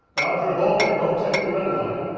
doctor volkmar, don't take the redline.